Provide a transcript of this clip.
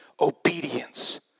obedience